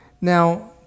Now